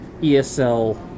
ESL